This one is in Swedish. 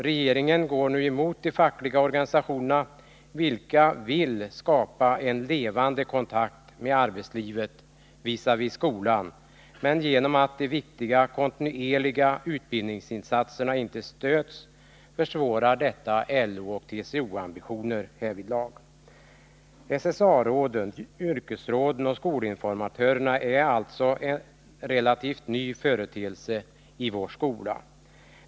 Regeringen går nu emot de fackliga organisationerna, vilka vill skapa en levande kontakt mellan arbetsliv och skola. Genom att de viktiga kontinuerliga utbildningsinsatserna inte stöds försvåras LO:s och TCO:s ambitioner härvidlag. SSA-råden, yrkesråden och skolinformatörerna är relativt nya företeelser i vår skola.